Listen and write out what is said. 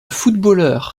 footballeur